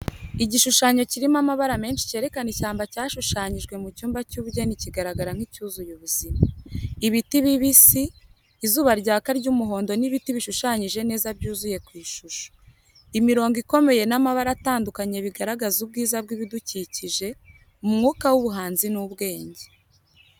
Igishushanyo kirimo amabara menshi cyerekana ishyamba cyashushanyijwe mu cyumba cy’ubugeni kiragaragara nk’icyuzuye ubuzima. Ibiti bibisi, izuba ryaka ry’umuhondo n’ibiti bishushanyije neza byuzuye ku ishusho. Imirongo ikomeye n’amabara atandukanye bigaragaza ubwiza bw’ibidukikije, mu mwuka w’ubuhanzi n’ubwenge.